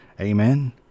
Amen